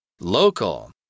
local